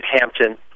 hampton